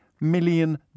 Million